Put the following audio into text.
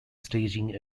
staging